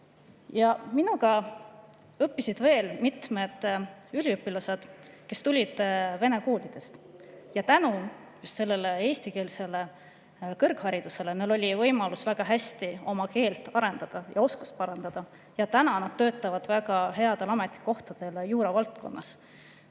minuga õppisid veel mitmed üliõpilased, kes tulid vene koolist, ja tänu just sellele eestikeelsele kõrgharidusele oli neil väga hea võimalus oma keeleoskust arendada ja parandada. Ja täna nad töötavad väga headel ametikohtadel juuravaldkonnas.